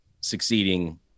succeeding